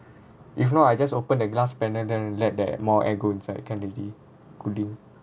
if not I just open the glass panel then let the more air go inside can already cooling